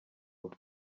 ubu